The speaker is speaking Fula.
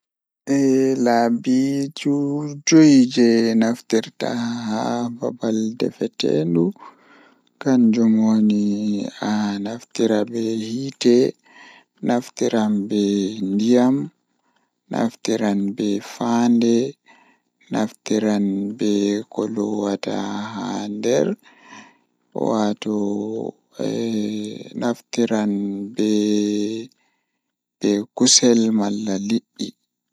Ndabbawa boosaru jei mi buri yiduki kanjum bosayel peskuturum baleejum ngam kanjum do don voowa himbe masin nden to voowi ma lattan bana sobaajo ma on tokkan wodugo hunndeeji duddum be makko.